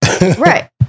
Right